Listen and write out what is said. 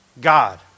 God